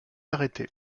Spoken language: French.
arrêté